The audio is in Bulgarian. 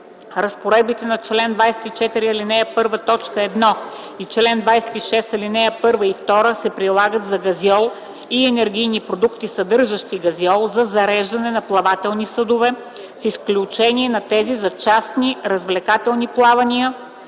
Разпоредбите на чл. 24, ал. 1, т. 1 и чл. 26, ал. 1 и 2 се прилагат за газьол и енергийни продукти, съдържащи газьол за зареждане на плавателни средства, с изключение на тези за частни развлекателни плавания,